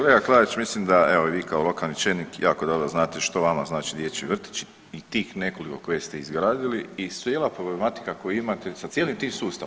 Kolega Klarić, mislim da evo i vi kao lokalni čelnik jako dobro znate što vama znai dječji vrtići i tih nekoliko koje ste izgradili i cijela problematika koju imate sa cijelim tim sustavom.